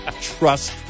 trust